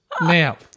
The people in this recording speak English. Now